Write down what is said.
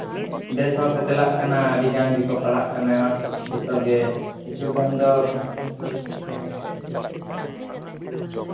ᱵᱮᱥ ᱦᱚᱨᱛᱮ ᱪᱟᱞᱟᱜ ᱠᱟᱱᱟ ᱟᱹᱰᱤ ᱜᱟᱱ ᱜᱮᱠᱚ ᱯᱟᱲᱦᱟᱜ ᱠᱟᱱᱟ ᱡᱚᱛᱚ ᱜᱮ ᱠᱤᱪᱷᱩ ᱜᱟᱱ ᱫᱚ ᱠᱟᱹᱢᱤ ᱠᱟᱹᱢᱤ ᱠᱚᱛᱮ